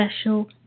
special